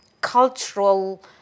cultural